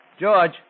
George